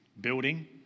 building